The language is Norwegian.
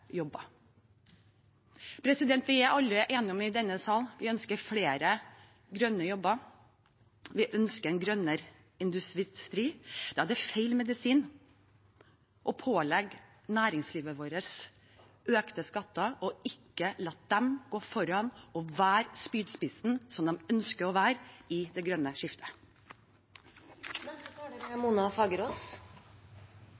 jobber. Vi er alle i denne sal enige om at vi ønsker flere grønne jobber. Vi ønsker en grønnere industri. Da er det feil medisin å pålegge næringslivet vårt økte skatter og ikke la dem gå foran og være den spydspissen som de ønsker å være i det grønne skiftet. Jeg er